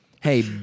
Hey